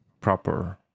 proper